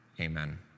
amen